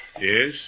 Yes